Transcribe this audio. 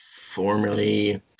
formerly